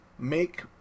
make